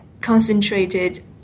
concentrated